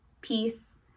peace